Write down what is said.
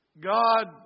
God